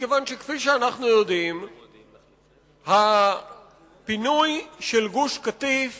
מכיוון שכפי שאנחנו יודעים הפינוי של גוש-קטיף